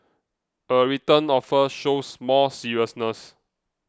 a written offer shows more seriousness